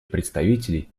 представителей